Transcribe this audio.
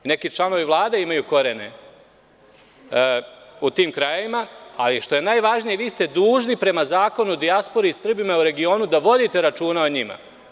Neki članovi Vlade imaju korene u tim krajevima, ali što je najvažnije, vi ste dužni prema Zakonu o dijaspori i Srbima u regionu da vodite računa o njima.